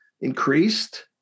increased